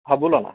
हां बोला ना